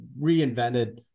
reinvented